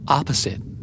Opposite